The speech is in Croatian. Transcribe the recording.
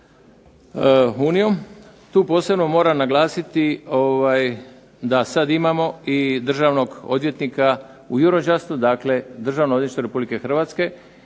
unijom. Tu posebno moram naglasiti da sad imamo i državnog odvjetnika u …/Ne razumije se./…, dakle Državno odvjetništvo Republike Hrvatske